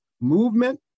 movement